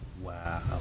Wow